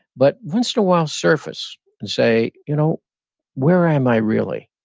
but once in a while surface and say, you know where am i really,